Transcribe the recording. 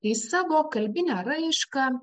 kai savo kalbinę raišką